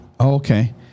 okay